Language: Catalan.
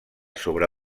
sobre